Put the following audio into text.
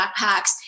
backpacks